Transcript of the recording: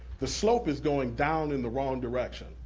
the slope is going down in the wrong direction.